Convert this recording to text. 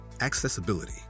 accessibility